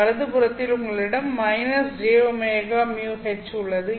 வலது புறத்தில் உங்களிடம் jωμH உள்ளது